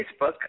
Facebook